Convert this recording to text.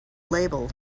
label